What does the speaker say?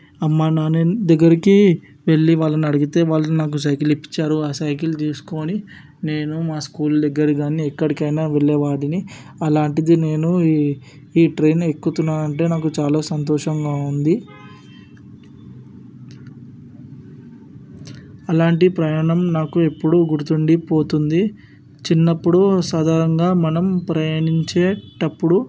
అమ్మానాన్న దగ్గరికి వెళ్ళి వాళ్ళని అడిగితే వాళ్ళు నాకు సైకిల్ ఇప్పించారు ఆ సైకిల్ తీసుకొని నేను మా స్కూల్ దగ్గరికి కానీ ఎక్కడికైనా వెళ్ళేవాడిని అలాంటిది నేను ఈ ఈ ట్రైన్ ఎక్కుతున్నాను అంటే నాకు చాలా సంతోషంగా ఉంది అలాంటి ప్రయాణం నాకు ఎప్పుడూ గుర్తుండి పోతుంది చిన్నప్పుడు సాధారణంగా మనం ప్రయాణించేటప్పుడు